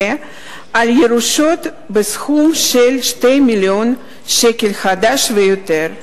על ירושות בסכום של 2 מיליון שקל חדש ויותר,